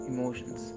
Emotions